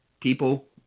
people